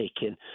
taken